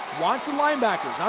watch the linebackers.